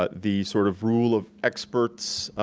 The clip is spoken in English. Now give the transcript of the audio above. but the sort of rule of experts,